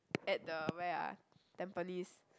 at the where ah Tampines